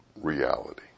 reality